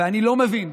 ואני לא מבין,